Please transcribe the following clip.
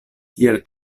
tial